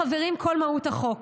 חברים, כל מהות החוק.